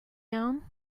down